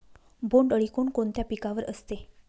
बोंडअळी कोणकोणत्या पिकावर असते?